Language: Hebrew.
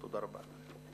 תודה רבה.